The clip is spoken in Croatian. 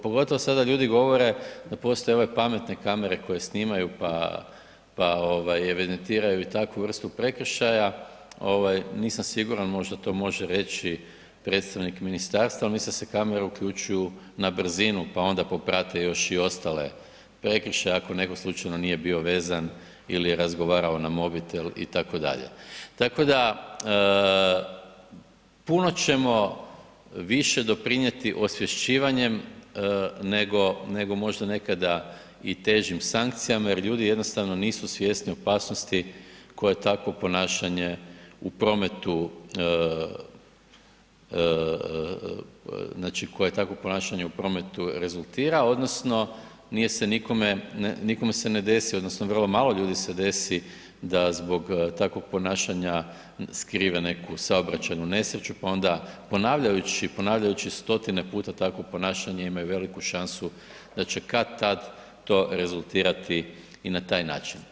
Pogotovo sada ljudi govore da postoje ove pametne kamere koje snimaju, pa, pa ovaj evidentiraju i takvu vrstu prekršaja, nisam siguran, možda to može reći predstavnik ministarstva, al mislim da se kamere uključuju na brzinu, pa onda poprate još i ostale prekršaje ako netko slučajno nije bio vezan ili je razgovarao na mobitel itd., tako da puno ćemo više doprinjeti osvješćivanjem, nego, nego možda nekada i težim sankcijama jer ljudi jednostavno nisu svjesni opasnosti koje takvo ponašanje u prometu, znači koje takvo ponašanje u prometu rezultira odnosno nije se nikome, nikom se ne desi odnosno vrlo malo ljudi se desi da zbog takvog ponašanja skrive neku saobraćaju nesreću, pa onda ponavljajući, ponavljajući stotine puta takvo ponašanje imaju veliku šansu da će kad-tad to rezultirati i na taj način.